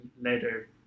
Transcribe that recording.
later